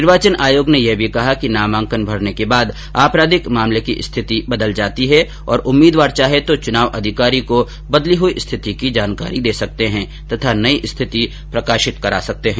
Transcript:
निर्वाचन आयोग ने यह भी कहा कि नामांकन भरने के बाद आपराधिक मामले की स्थिति बदल जाती है और उम्मीदवार चाहे तो चुनाव अधिकारी को बदली हुई स्थिति की जानकारी दे सकते हैं तथा नई स्थिति प्रकाशित करा सकते हैं